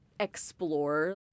explore